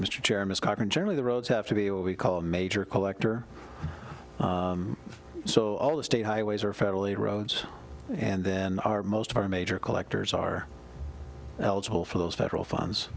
chairman cochran surely the roads have to be what we call a major collector so all the state highways are federally roads and then are most of our major collectors are eligible for those federal funds